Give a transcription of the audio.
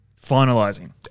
finalizing